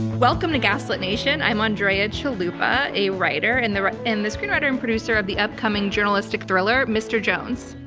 welcome to gaslit nation. i'm andrea chalupa, a writer and the and the screenwriter and producer of the upcoming journalistic thriller mr. jones.